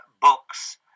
books